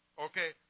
Okay